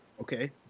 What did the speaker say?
Okay